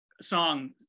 song